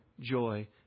joy